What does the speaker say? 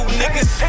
niggas